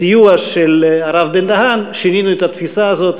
בסיוע של הרב בן-דהן שינינו את התפיסה הזאת,